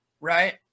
right